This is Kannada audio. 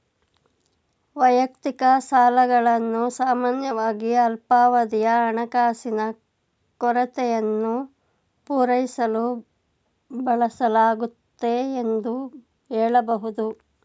ವೈಯಕ್ತಿಕ ಸಾಲಗಳನ್ನು ಸಾಮಾನ್ಯವಾಗಿ ಅಲ್ಪಾವಧಿಯ ಹಣಕಾಸಿನ ಕೊರತೆಯನ್ನು ಪೂರೈಸಲು ಬಳಸಲಾಗುತ್ತೆ ಎಂದು ಹೇಳಬಹುದು